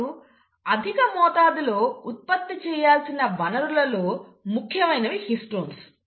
ఇప్పుడు అధిక మోతాదులో ఉత్పత్తి చెయ్యాల్సిన వనరులలో ముఖ్యమైనవి హిస్టోన్స్